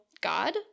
God